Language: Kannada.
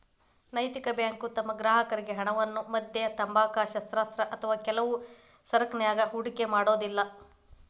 ನೈತಿಕ ಬ್ಯಾಂಕು ತಮ್ಮ ಗ್ರಾಹಕರ್ರಿಗೆ ಹಣವನ್ನ ಮದ್ಯ, ತಂಬಾಕು, ಶಸ್ತ್ರಾಸ್ತ್ರ ಅಥವಾ ಕೆಲವು ಸರಕನ್ಯಾಗ ಹೂಡಿಕೆ ಮಾಡೊದಿಲ್ಲಾ